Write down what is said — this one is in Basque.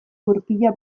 gurpila